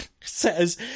says